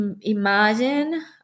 imagine